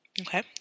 Okay